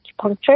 acupuncture